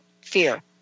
Fear